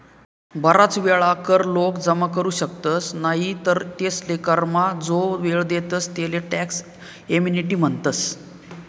बराच वेळा कर लोक जमा करू शकतस नाही तर तेसले करमा जो वेळ देतस तेले टॅक्स एमनेस्टी म्हणतस